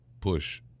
push